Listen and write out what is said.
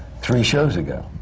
three shows ago?